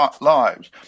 lives